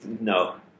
No